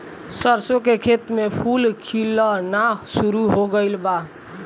सरसों के खेत में फूल खिलना शुरू हो गइल बा